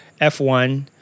F1